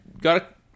got